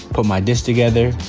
put my dish together,